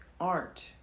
art